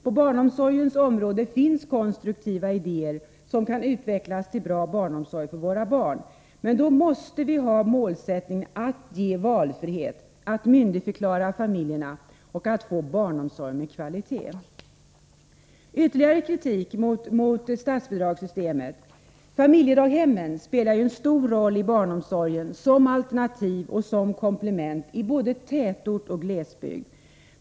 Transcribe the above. På barnomsorgens område finns konstruktiva idéer som kan utvecklas till bra barnomsorg för våra barn. Men då måste man ha målsättningen att ge valfrihet, att myndigförklara familjerna och att få barnomsorg med kvalitet. Ytterligare kritik mot statsbidragssystemet: Familjedaghemmen spelar en stor roll i barnomsorgen som alternativ och komplement i både tätort och glesbygd.